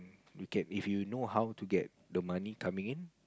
we can if you know how to get the money coming in